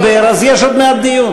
אם אתם רוצים לדבר, אז יש עוד מעט דיון.